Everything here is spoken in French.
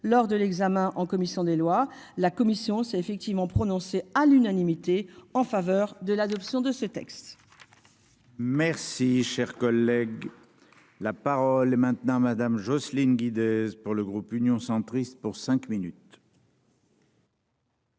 lors de l'examen en commission des lois. La commission s'est effectivement prononcé à l'unanimité en faveur de l'adoption de ce texte. Merci cher collègue. La parole est maintenant Madame Jocelyne Guidez pour le groupe Union centriste pour cinq minutes.